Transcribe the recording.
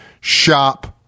shop